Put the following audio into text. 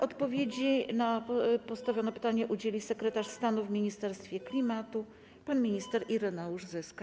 Odpowiedzi na postawione pytanie udzieli sekretarz stanu w Ministerstwie Klimatu pan minister Ireneusz Zyska.